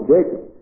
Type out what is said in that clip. Jacob